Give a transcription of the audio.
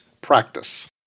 practice